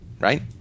right